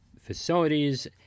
facilities